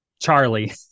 Charlie